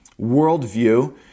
worldview